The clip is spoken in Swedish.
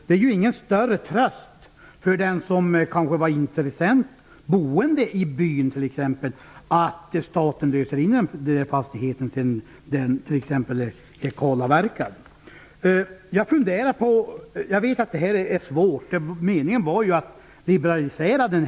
Det är ingen större tröst för en intressent boende i byn att staten löser in fastigheten sedan den blivit kalavverkad. Jag vet att detta är svårt och att meningen var att liberalisera lagstiftningen.